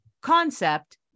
concept